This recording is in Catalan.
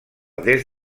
des